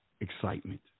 excitement